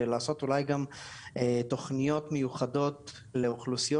ולעשות אולי גם תכניות מיוחדות לאוכלוסיות